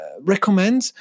recommend